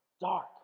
Dark